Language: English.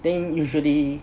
then usually